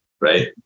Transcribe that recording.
right